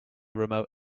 remote